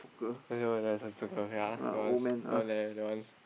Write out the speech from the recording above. that one